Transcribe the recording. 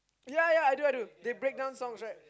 ya ya I do I do they breakdown songs right